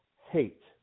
hate